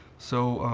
so,